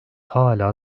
hâlâ